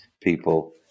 people